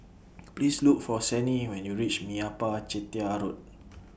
Please Look For Sannie when YOU REACH Meyappa Chettiar Road